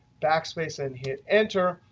backspace and hit enter.